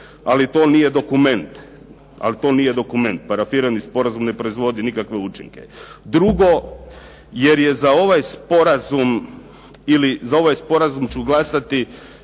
Ali to nije dokument. Parafirani sporazum ne proizvodi nikakve učinke. Drugo, jer je za ovaj sporazum ili za ovaj sporazum ću glasati